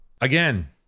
Again